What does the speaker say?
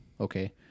okay